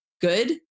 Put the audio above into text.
good